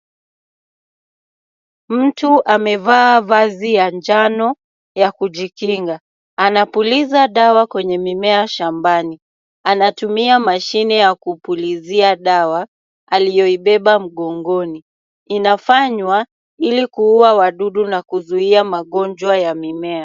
Mtu amevaa vazi ya njano ya kujikinga. Anapuliza dawa kwenye mimea shambani. Anatumia mashini ya kupulizia dawa aliyoibeba mgogoni. Inafanywa ili kuua wadudu na kuzuia magonjwa ya mimea.